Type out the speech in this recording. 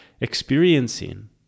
experiencing